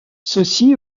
ceci